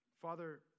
Father